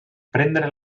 prendre